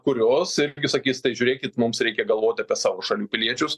kurios irgi sakys tai žiūrėkit mums reikia galvot apie savo šalių piliečius